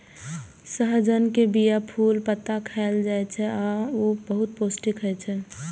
सहजन के बीया, फूल, पत्ता खाएल जाइ छै आ ऊ बहुत पौष्टिक होइ छै